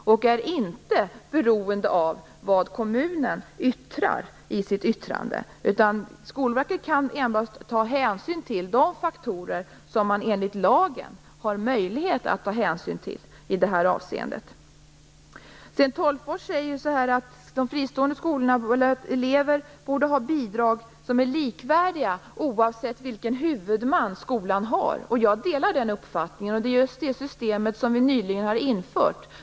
Verket är inte beroende av vad kommunen framhåller i sitt yttrande. Skolverket kan enbart ta hänsyn till de faktorer som man enligt lagen har möjlighet att ta hänsyn till. Sten Tolgfors säger att eleverna skall få bidrag som är likvärdiga oavsett vilken huvudman skolan har. Jag delar den uppfattningen. Det är just det systemet som vi nyligen har infört.